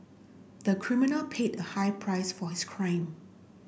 the criminal paid a high price for his crime